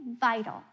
vital